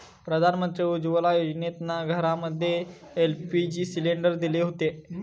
प्रधानमंत्री उज्ज्वला योजनेतना घरांमध्ये एल.पी.जी सिलेंडर दिले हुते